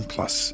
Plus